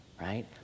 right